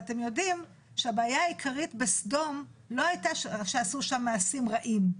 ואתם יודעים שהבעיה העיקרית של סדום לא הייתה שעשו שם מעשים רעים.